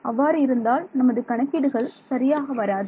அவ்வாறு இருந்தால் நமது கணக்கீடுகள் சரியாக வராது